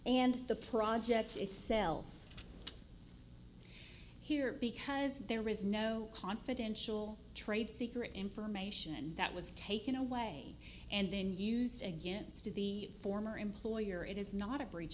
and the project itself here because there is no confidential trade secret information that was taken away and then used against the former employer it is not a breach